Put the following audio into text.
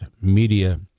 media